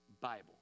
Bible